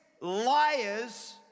liars